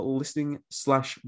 listening/slash